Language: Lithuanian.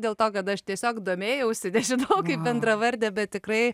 dėl to kad aš tiesiog domėjausi nežinau kaip bendravardė bet tikrai